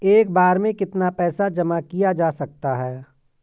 एक बार में कितना पैसा जमा किया जा सकता है?